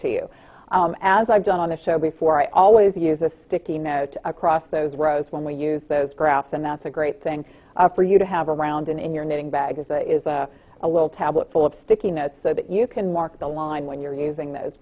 you as i've done on the show before i always use a sticky note across those rows when we use those graphs and that's a great thing for you to have around in your knitting bag is a is a a little tablet full of sticky notes so that you can mark the line when you're using those